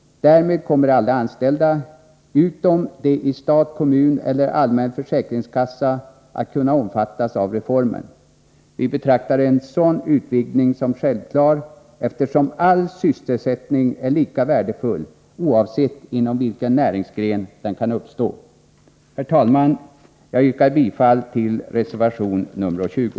Därmed kommer alla anställda — utom de anställda i stat, kommun eller allmän försäkringskassa — att kunna omfattas av reformen. Vi betraktar en sådan utvidgning som självklar, eftersom all sysselsättning är lika värdefull, oavsett inom vilken näringsgren den kan uppstå. Herr talman! Jag yrkar bifall till reservation nr 20.